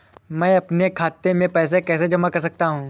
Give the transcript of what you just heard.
मैं अपने खाते में पैसे कैसे जमा कर सकता हूँ?